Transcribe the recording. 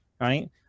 right